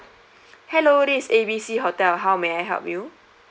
hello this is A B C hotel how may I help you